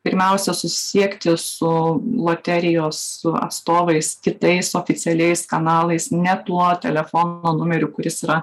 pirmiausia susisiekti su loterijos su atstovais kitais oficialiais kanalais ne tuo telefono numeriu kuris yra